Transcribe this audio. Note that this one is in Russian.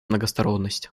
многосторонность